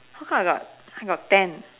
how come I got I got ten